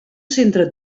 centre